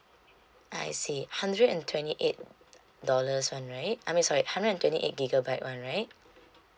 I see hundred and twenty eight dollars one right I mean sorry hundred and twenty eight gigabyte one right